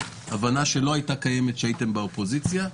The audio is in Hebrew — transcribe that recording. הבנה שלא הייתה קיימת כשהייתם באופוזיציה,